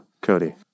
Cody